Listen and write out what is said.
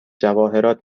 جواهرات